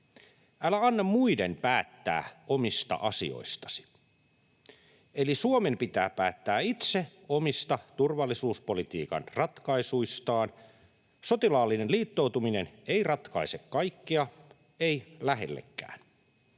Älä anna muiden päättää omista asioistasi — eli Suomen pitää päättää itse omista turvallisuuspolitiikan ratkaisuistaan. Sotilaallinen liittoutuminen ei ratkaise kaikkia, ei lähellekään.